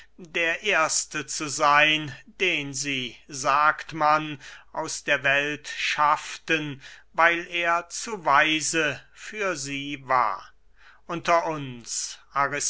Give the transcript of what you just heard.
der erste zu seyn den sie sagt man aus der welt schafften weil er zu weise für sie war unter uns